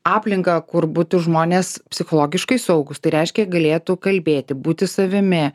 aplinką kur būtų žmonės psichologiškai saugūs tai reiškia galėtų kalbėti būti savimi